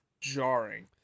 jarring